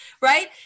right